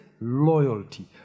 loyalty